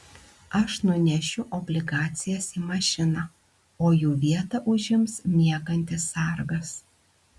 aš nunešiu obligacijas į mašiną o jų vietą užims miegantis sargas